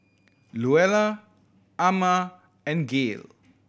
Luella Amma and Gayle